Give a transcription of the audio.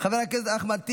חבר הכנסת אחמד טיבי,